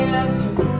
answers